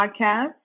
Podcast